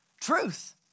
truth